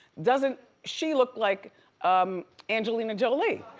doesn't she look like um angelina jolie?